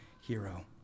hero